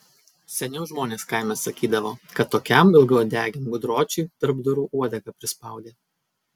seniau žmonės kaime sakydavo kad tokiam ilgauodegiam gudročiui tarp durų uodegą prispaudė